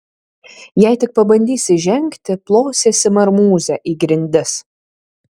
jei tik pabandysi žengti plosiesi marmūze į grindis